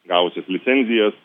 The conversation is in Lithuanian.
gavusios licenzijas